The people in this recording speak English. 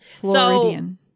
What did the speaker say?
Floridian